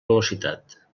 velocitat